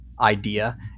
idea